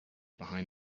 behind